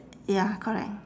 ya correct